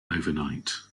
overnight